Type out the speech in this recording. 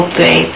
Okay